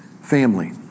Family